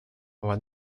what